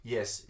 Yes